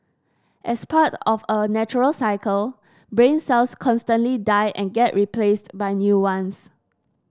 as part of a natural cycle brain cells constantly die and get replaced by new ones